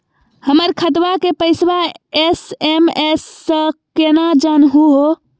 हमर खतवा के पैसवा एस.एम.एस स केना जानहु हो?